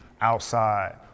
outside